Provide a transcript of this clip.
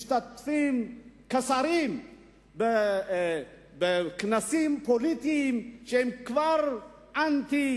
משתתפים כשרים בכנסים פוליטיים שהם כבר אנטי